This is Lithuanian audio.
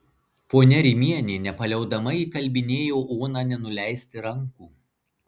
ponia rimienė nepaliaudama įkalbinėjo oną nenuleisti rankų